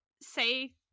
say